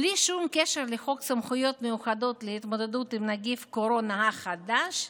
בלי שום קשר לחוק סמכויות מיוחדות להתמודדות עם נגיף הקורונה החדש,